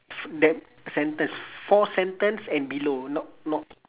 that sentence four sentence and below not not